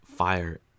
fire